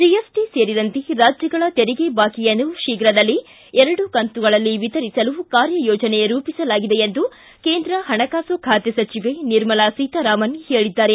GST ಸೇರಿದಂತೆ ರಾಜ್ಯಗಳ ತೆರಿಗೆ ಬಾಕಿಯನ್ನು ಶೀಘದಲ್ಲಿ ಎರಡು ಕಂತುಗಳಲ್ಲಿ ವಿತರಿಸಲು ಕಾರ್ಯಯೋಜನೆ ರೂಪಿಸಲಾಗಿದೆ ಎಂದು ಕೇಂದ್ರ ಪಣಕಾಸು ಖಾತೆ ಸಚಿವೆ ನಿರ್ಮಲಾ ಸೀತಾರಾಮನ್ ಹೇಳಿದ್ದಾರೆ